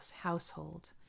household